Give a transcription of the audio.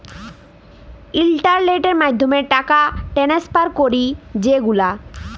ইলটারলেটের মাধ্যমে টাকা টেনেসফার ক্যরি যে গুলা